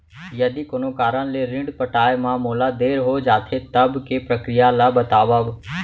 यदि कोनो कारन ले ऋण पटाय मा मोला देर हो जाथे, तब के प्रक्रिया ला बतावव